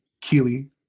Keely